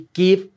give